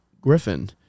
Griffin